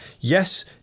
Yes